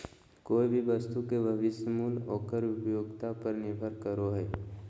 कोय भी वस्तु के भविष्य मूल्य ओकर उपयोगिता पर निर्भर करो हय